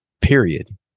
Period